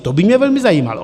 To by mě velmi zajímalo.